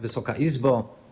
Wysoka Izbo!